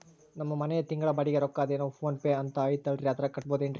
ನಮ್ಮ ಮನೆಯ ತಿಂಗಳ ಬಾಡಿಗೆ ರೊಕ್ಕ ಅದೇನೋ ಪೋನ್ ಪೇ ಅಂತಾ ಐತಲ್ರೇ ಅದರಾಗ ಕಟ್ಟಬಹುದೇನ್ರಿ?